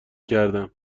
کردم